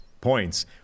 points